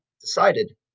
decided